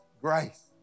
grace